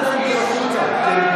חברת הכנסת סטרוק, החוצה.